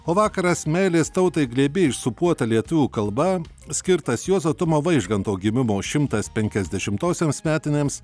o vakaras meilės tautai glėbyje sūpuotą lietuvių kalba skirtas juozo tumo vaižganto gimimo šimtas penkiasdešimtosioms metinėms